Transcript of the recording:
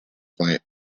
plant